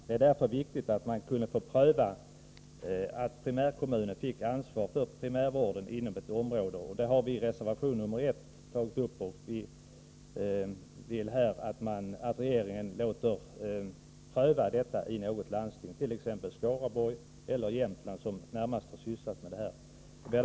Det är därför viktigt att få pröva att en primärkommun får ansvar för primärvården inom ett visst område. Detta har vi tagit upp i reservation 1, där vi föreslår att riksdagen ger regeringen till känna att denna ordning bör prövas i något landsting, t.ex. Skaraborgs läns eller Jämtlands läns landsting, som ligger närmast till för en sådan försöksverksamhet.